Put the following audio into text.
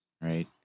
right